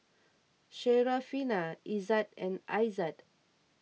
Syarafina Izzat and Aizat